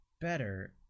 better